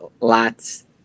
lots